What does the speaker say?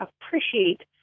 appreciate